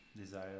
desire